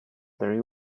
very